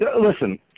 Listen